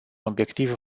obiectiv